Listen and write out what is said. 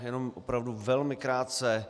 Jenom opravdu velmi krátce.